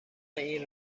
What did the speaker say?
این